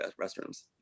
restrooms